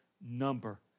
number